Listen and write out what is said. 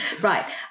Right